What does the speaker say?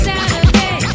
Saturday